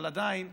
אבל עדיין,